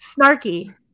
Snarky